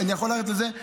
אני יכול לרדת לזה.